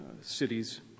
cities